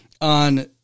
On